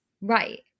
Right